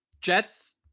Jets